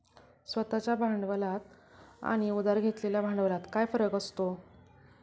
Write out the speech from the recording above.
स्वतः च्या भांडवलात आणि उधार घेतलेल्या भांडवलात काय फरक असतो?